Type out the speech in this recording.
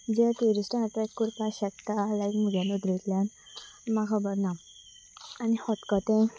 जें ट्युरिस्टां अट्रेक्ट करपाक शकता लायक म्हज्या नदरेंतल्यान म्हाका खबर ना आनी खतखतें तें